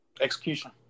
Execution